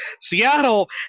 Seattle